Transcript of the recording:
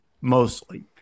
mostly